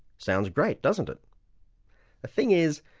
sounds great, doesn't it? the thing is,